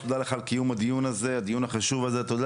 ותודה לך על קיום הדיון הזה הדיון החשוב הזה תודה